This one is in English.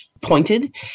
pointed